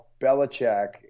Belichick –